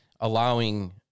allowing